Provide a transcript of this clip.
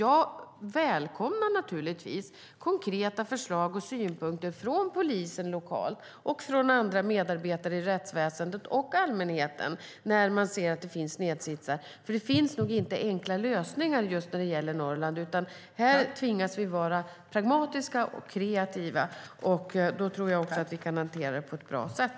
Jag välkomnar naturligtvis konkreta förslag och synpunkter från polisen lokalt, andra medarbetare i rättsväsendet och allmänheten när man ser att det finns snedsitsar. Det finns nog inga enkla lösningar när det gäller Norrland, utan vi tvingas vara pragmatiska och kreativa, och då tror jag också att vi kan hantera det på ett bra sätt.